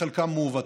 בחלקם מעוותים,